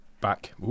back